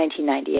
1998